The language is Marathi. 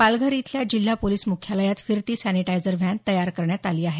पालघर इथल्या जिल्हा पोलीस मुख्यालयात फिरती सॅनिटायझर व्हॅन तयार करण्यात आली आहे